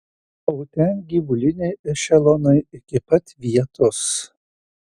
o ten gyvuliniai ešelonai iki pat vietos